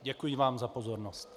Děkuji vám za pozornost.